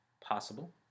possible